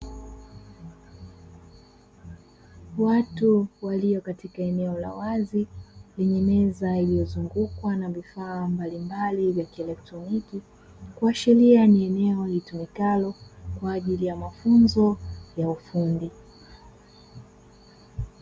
Watu walio katika eneo la wazi kwenye meza iliyo zungukwa na vifaa mbalimbali vya kieletroniki kuashiria ni eneo litumikalo kwaajili ya mafunzo ya ufundi.